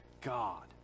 God